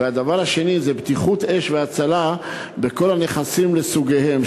השני הוא בטיחות אש והצלה בכל הנכסים לסוגיהם,